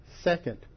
second